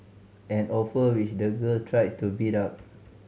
an offer which the girl tried to beat up